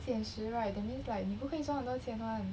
现实 right that means like 你不可以赚很多钱 [one]